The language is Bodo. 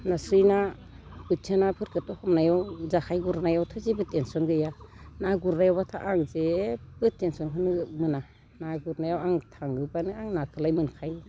नास्राय ना बोथिया नाफोरखौथ' हमनायाव जेखाय गुरनायावथ' जेबो टेनसन गैया ना गुरनायावबाथ' आं जेबो टेनसनखौनो मोना ना गुरनायाव आं थाङोबानो आं नाखौलाय मोनखायो